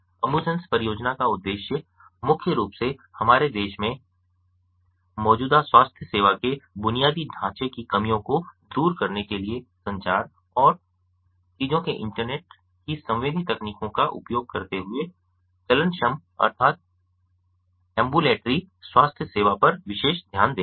AmbuSens परियोजना का उद्देश्य मुख्य रूप से हमारे देश में मौजूदा स्वास्थ्य सेवा के बुनियादी ढांचे की कमियों को दूर करने के लिए संचार और चीजों के इंटरनेट की संवेदी तकनीकों का उपयोग करते हुए चलनक्षम स्वास्थ्य सेवा पर विशेष ध्यान देना है